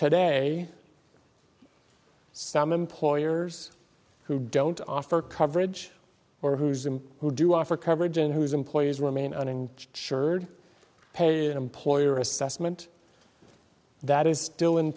today some employers who don't offer coverage or who's them who do offer coverage and whose employees remain on in church pay an employer assessment that is still in